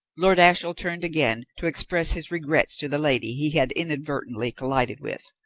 lord ashiel turned again to express his regrets to the lady he had inadvertently collided with,